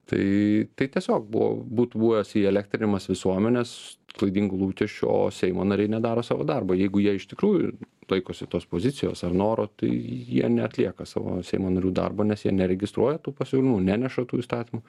tai tai tiesiog buvo būtų buvęs įelektrinimas visuomenės klaidingų lūkesčių o seimo nariai nedaro savo darbo jeigu jie iš tikrųjų laikosi tos pozicijos ar noro tai jie neatlieka savo seimo narių darbo nes jie neregistruoja tų pasiūlymų neneša tų įstatymų